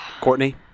Courtney